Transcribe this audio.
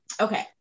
Okay